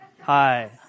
Hi